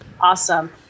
Awesome